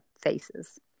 faces